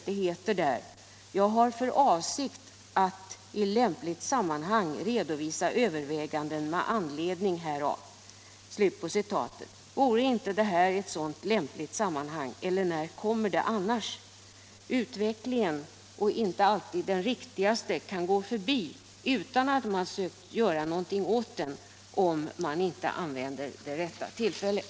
Det heter där: ”Jag har för avsikt att i lämpligt sammanhang redovisa överväganden med anledning därav.” Vore inte detta ett sådant lämpligt sammanhang? När kommer det annars? Utvecklingen — och inte alltid den riktigaste — kan gå förbi utan att man sökt göra någonting åt den, om man inte använder det rätta tillfället.